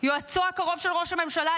יועצו הקרוב של ראש הממשלה,